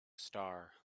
star